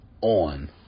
on